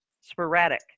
sporadic